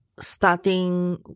starting